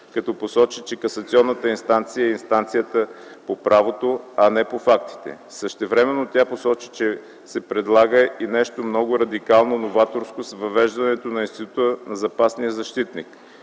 като посочи, че касационната инстанция е инстанция по правото, а не по фактите. Същевременно тя посочи, че се предлага и нещо много радикално и новаторско с въвеждането на института на запасния защитник,